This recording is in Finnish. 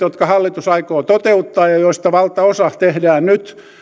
jotka hallitus aikoo toteuttaa ja joista valtaosa tehdään nyt